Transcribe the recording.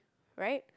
right